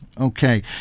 Okay